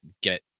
get